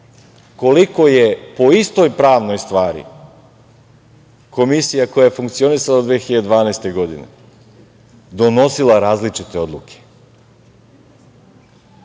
koliko je po istoj pravnoj stvari Komisija koja je funkcionisala do 2012. godine donosila različite odluke